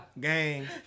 gang